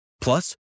Plus